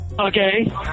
Okay